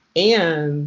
and